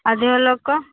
ଅଧିକ ଲୋକ